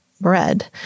bread